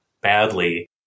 badly